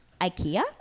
IKEA